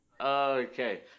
Okay